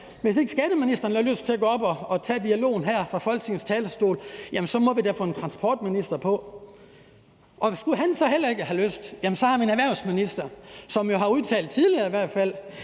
hvis ikke skatteministeren har lyst til at gå op og tage dialogen her fra Folketingets talerstol, at transportministeren vil komme på. Og hvis han nu heller ikke har lyst, har vi en erhvervsminister, som i hvert fald tidligere har udtalt,